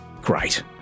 great